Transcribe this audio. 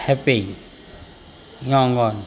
happy Yangon